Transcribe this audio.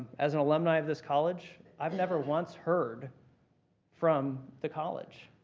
as an alumni of this college, i've never once heard from the college,